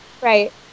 Right